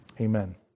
Amen